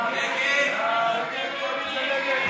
ההסתייגות